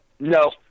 No